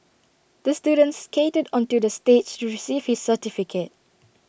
the student skated onto the stage to receive his certificate